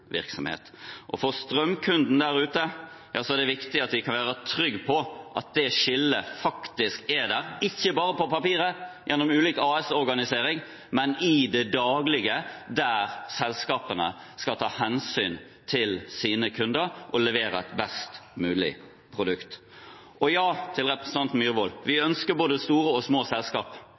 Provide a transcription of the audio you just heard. For strømkunden der ute er det viktig å kunne være trygg på at det skillet faktisk er der – ikke bare på papiret gjennom ulik AS-organisering, men i det daglige, der selskapene skal ta hensyn til sine kunder og levere et best mulig produkt. Og til representanten Myhrvold: Ja, vi ønsker både store og små selskap,